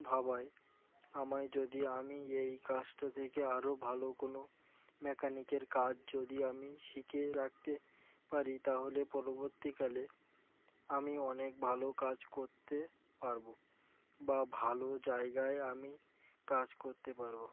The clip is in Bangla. ভাবায় আমায় যদি আমি এই কাজটা থেকে আরো ভালো কোনো মেকানিকের কাজ যদি আমি শিখে রাখতে পারি তাহলে পরবর্তীকালে আমি অনেক ভালো কাজ করতে পারব বা ভালো জায়গায় আমি কাজ করতে পারব